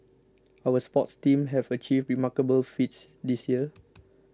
our sports teams have achieved remarkable feats this year